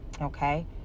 Okay